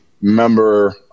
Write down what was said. member